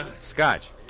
Scotch